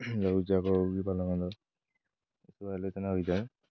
ଏସବୁ ଆଲୋଚନା ହୋଇଥାଏ